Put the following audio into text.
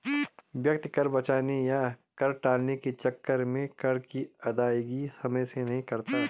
व्यक्ति कर बचाने या कर टालने के चक्कर में कर की अदायगी समय से नहीं करता है